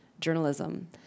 journalism